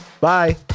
Bye